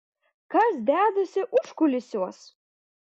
kas dedasi užkulisiuos